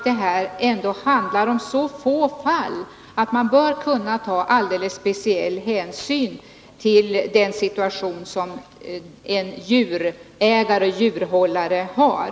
Det handlar också om så få fall att man bör kunna ta särskilda hänsyn till den situation som en djurhållare har.